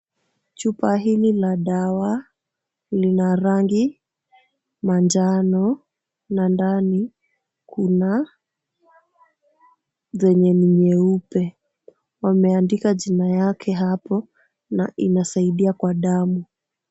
Chupa hili la dawa lina rangi manjano na ndani kuna zenye ni nyeupe. Wameandika jina yake hapo na inasaidia kwa damu.